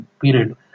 period